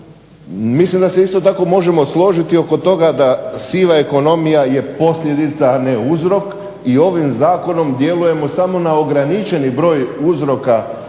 Mislim da se isto tako možemo složiti oko toga da je siva ekonomija posljedica a ne uzrok i ovim zakonom djelujemo samo na ograničeni broj uzroka